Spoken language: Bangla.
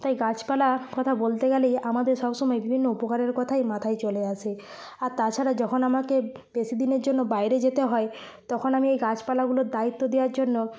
তাই গাছপালা কথা বলতে গেলেই আমাদের সবসময় বিভিন্ন উপকারের কথাই মাথায় চলে আসে আর তাছাড়া যখন আমাকে বেশিদিনের জন্য বাইরে যেতে হয় তখন আমি এই গাছপালাগুলোর দায়িত্ব দেওয়ার জন্য